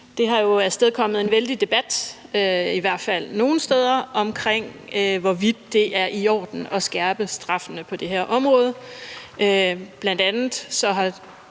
Det har afstedkommet en vældig debat, i hvert fald nogle steder, omkring, hvorvidt det er i orden at skærpe straffene på det her område. Bl.a. har